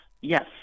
yes